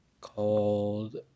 called